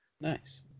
Nice